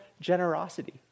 generosity